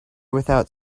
without